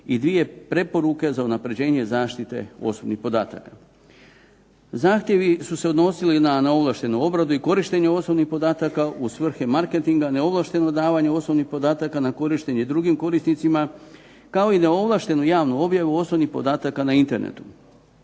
i 2 preporuke za unapređenje zaštite osobnih podataka. Zahtjevi su se odnosili na neovlaštenu obradu i korištenje osobnih podataka u svrhe marketinga, neovlašteno davanje osobnih podataka na korištenje drugim korisnicima kao i neovlaštenu javnu objavu osobnih podataka na internetu.